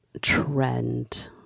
trend